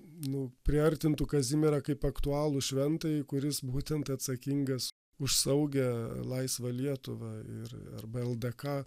nu priartintų kazimierą kaip aktualų šventąjį kuris būtent atsakingas už saugią laisvą lietuvą ir arba ldk